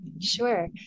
sure